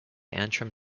antrim